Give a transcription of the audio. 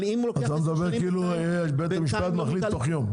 אתה מדבר כאילו בית המשפט מחליט תוך יום.